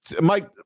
Mike